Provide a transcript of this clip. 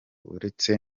uretse